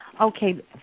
Okay